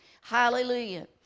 Hallelujah